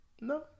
No